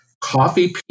coffee